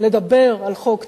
לדבר על חוק טל,